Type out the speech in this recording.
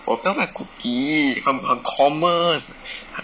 我不要卖 cookie 很很 common